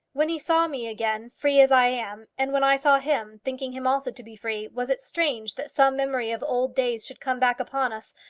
when he saw me again, free as i am, and when i saw him, thinking him also to be free, was it strange that some memory of old days should come back upon us?